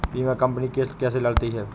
बीमा company case कैसे लड़ती है?